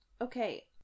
okay